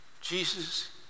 Jesus